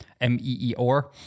M-E-E-R